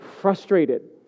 frustrated